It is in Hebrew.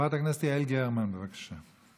חברת הכנסת יעל גרמן, בבקשה.